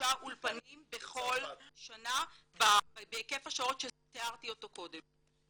אולפנים בכל שנה, בהיקף השעות שתיארתי קודם.